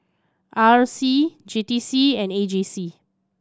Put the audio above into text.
R C J T C and A J C